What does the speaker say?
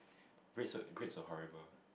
grades were grades were horrible